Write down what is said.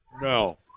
no